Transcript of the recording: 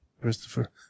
Christopher